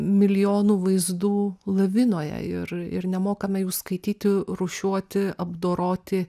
milijonų vaizdų lavinoje ir ir nemokame jų skaityti rūšiuoti apdoroti